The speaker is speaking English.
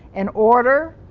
in order?